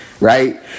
Right